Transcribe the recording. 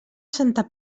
santa